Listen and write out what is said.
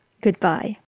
Goodbye